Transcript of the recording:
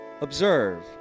observe